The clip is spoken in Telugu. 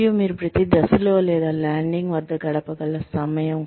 మరియు మీరు ప్రతి దశలో లేదా ల్యాండింగ్ వద్ద గడపగల సమయం